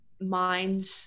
mind